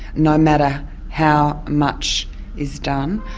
no matter how much is done,